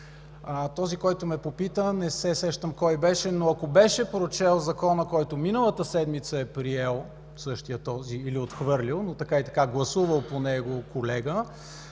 Този, който ме попита, не се сещам кой колега беше, но, ако беше прочел закона, който миналата седмица е „приел” или „отхвърлил”, но така и така е гласувал по него,